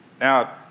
Now